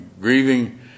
grieving